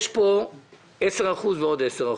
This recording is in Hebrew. יש פה 10% ועוד 10%,